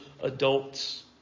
adults